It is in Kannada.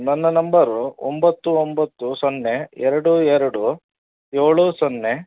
ನನ್ನ ನಂಬರು ಒಂಬತ್ತು ಒಂಬತ್ತು ಸೊನ್ನೆ ಎರಡು ಎರಡು ಏಳು ಸೊನ್ನೆ